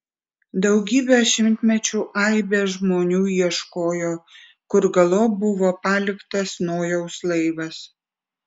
daugybę šimtmečių aibės žmonių ieškojo kur galop buvo paliktas nojaus laivas